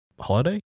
Holiday